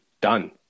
done